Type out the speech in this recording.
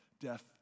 death